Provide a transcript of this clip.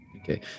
okay